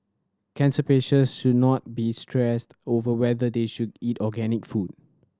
cancer patients should not be stressed over whether they should eat organic food